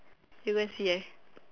you go and see leh